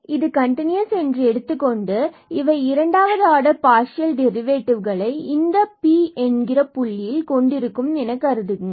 இது கன்டினுயஸ் என்று எடுத்துக்கொண்டு மேலும் இவை இரண்டாவது ஆர்டர் பார்சியல் டெடிவேட்டிவ்களை இந்த Pab புள்ளியை கொண்டிருக்கும் என கருதுங்கள்